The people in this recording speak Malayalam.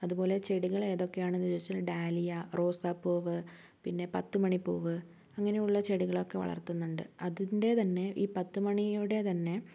അതുപോലെ ചെടികൾ എതൊക്കെയാണെന്നു ചോദിച്ചാല് ഡാലിയ റോസപ്പൂവ് പിന്നെ പത്തുമണി പൂവ് അങ്ങനെയുള്ള ചെടികളൊക്കെ വളര്ത്തുന്നുണ്ട് അതിന്റെ തന്നെ ഈ പത്തുമണിയുടെ തന്നെ